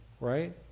right